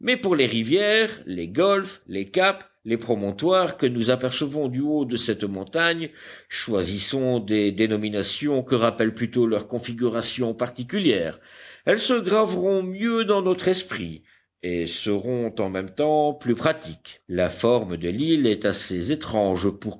pour les rivières les golfes les caps les promontoires que nous apercevons du haut de cette montagne choisissons des dénominations que rappellent plutôt leur configuration particulière elles se graveront mieux dans notre esprit et seront en même temps plus pratiques la forme de l'île est assez étrange pour